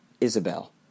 Isabel